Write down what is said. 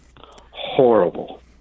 Horrible